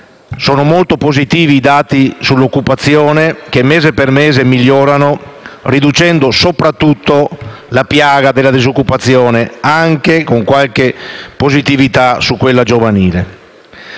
Sono molto positivi i dati sull'occupazione che, mese per mese, migliorano, riducendo soprattutto la piaga della disoccupazione e rilevando anche qualche positività su quella giovanile.